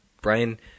Brian